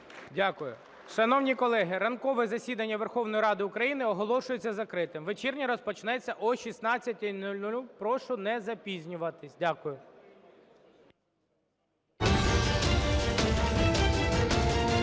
Дякую. Шановні колеги, ранкове засідання Верховної Ради України оголошується закритим. Вечірнє розпочнеться о 16:00, прошу не запізнюватись. Дякую.